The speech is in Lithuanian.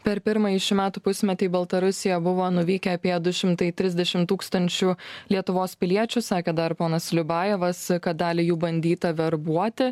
per pirmąjį šių metų pusmetį į baltarusiją buvo nuvykę apie du šimtai trisdešimt tūkstančių lietuvos piliečių sakė dar ponas liubajevas kad dalį jų bandyta verbuoti